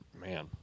man